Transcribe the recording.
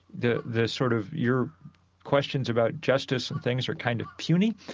the the sort of your questions about justice and things are kind of puny.